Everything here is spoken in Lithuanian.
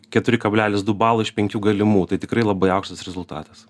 keturi kablelis du balo iš penkių galimų tai tikrai labai aukštas rezultatas